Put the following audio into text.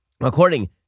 According